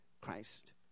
Christ